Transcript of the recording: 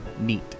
neat